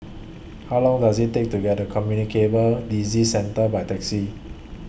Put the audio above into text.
How Long Does IT Take to get The Communicable Disease Centre By Taxi